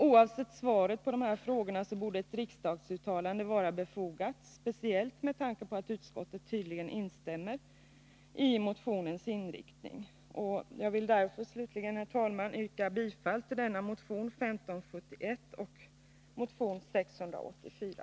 Oavsett svaret på de här frågorna borde ett riksdagsuttalande vara befogat, speciellt med tanke på att utskottet tydligen instämmer i motionens inriktning. Jag vill därför, herr talman, yrka bifall till motion 1571 och till motion 684.